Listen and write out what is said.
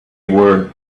were